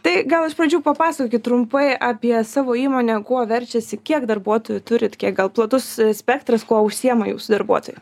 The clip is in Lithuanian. tai gal iš pradžių papasakokit trumpai apie savo įmonę kuo verčiasi kiek darbuotojų turit kiek gal platus spektras kuo užsiima jūsų darbuotojai